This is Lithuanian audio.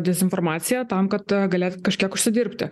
dezinformacija tam kad galėtų kažkiek užsidirbti